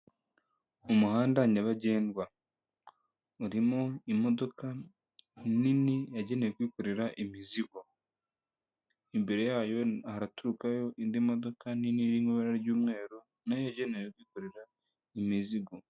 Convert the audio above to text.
Umuhanda nyabagendwa urimo imodoka nini yagenewe kwikorera imizigo, imbere yayo haraturukayo indi modoka nini iri mu ibara ry'umweru na yo yagenewe kwikorera imizigo.